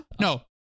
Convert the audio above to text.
no